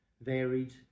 varied